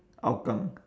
hougang